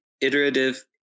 iterative